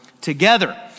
together